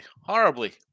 horribly